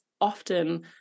often